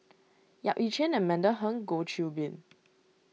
Yap Ee Chian Amanda Heng Goh Qiu Bin